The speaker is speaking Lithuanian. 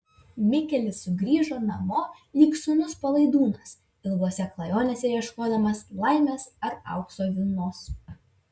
mikelis sugrįžo namo lyg sūnus palaidūnas ilgose klajonėse ieškodamas laimės ar aukso vilnos